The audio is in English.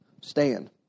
stand